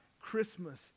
Christmas